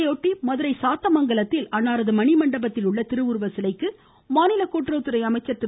இதையொட்டி மதுரை சாத்தமங்கலத்தில் அன்னாரது மணிமண்டபத்தில் உள்ள திருவுருவச்சிலைக்கு மாநில கூட்டுறவுத்துறை அமைச்சர் திரு